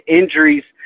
injuries